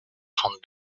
trente